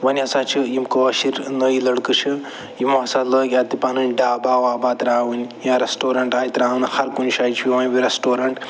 وۄنۍ ہسا چھِ یِم کٲشِر نٔے لَڑکہٕ چھِ یِمو ہسا لٲگۍ اَتہِ پَنٕنۍ ڈابا وابا ترٛاوٕنۍ یا رَسٹورَنٛٹ آیہِ ترٛاوٕنہٕ ہر کُنہِ جایہِ چھُ وۄنۍ رٮ۪سٹورَنٛٹ